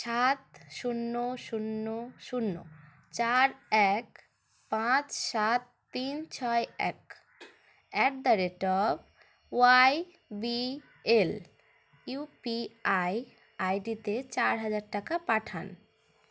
সাত শূন্য শূন্য শূন্য চার এক পাঁচ সাত তিন ছয় এক at the rate of YBL U P I আইডিতে চার হাজার টাকা পাঠান